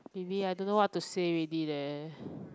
baby I don't know what to say already eh